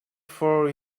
for